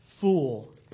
fool